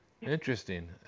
Interesting